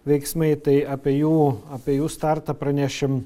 veiksmai tai apie jų apie jų startą pranešim